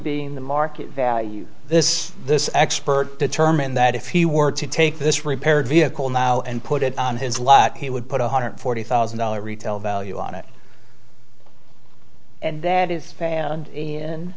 being the market value this this expert determined that if he were to take this repaired vehicle now and put it on his lot he would put one hundred forty thousand dollars retail value on it and that is banned in